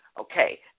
Okay